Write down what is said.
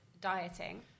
dieting